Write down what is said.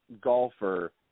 golfer